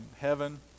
heaven